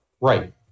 Right